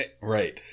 Right